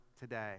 today